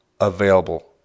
available